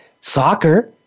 soccer